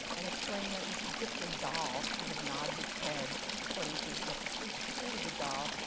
and explained that this egyptian doll kind of nods its head according to what the priests do to the doll.